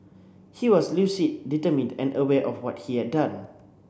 he was lucid determined and aware of what he had done